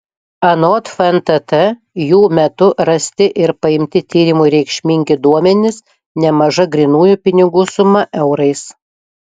anot fntt jų metu rasti ir paimti tyrimui reikšmingi duomenys nemaža grynųjų pinigų suma eurais